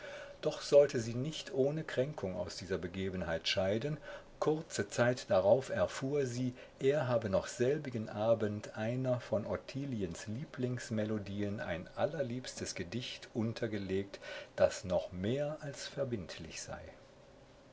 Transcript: doch sollte sie nicht ohne kränkung aus dieser begebenheit scheiden kurze zeit darauf erfuhr sie er habe noch selbigen abend einer von ottiliens lieblingsmelodien ein allerliebstes gedicht untergelegt das noch mehr als verbindlich sei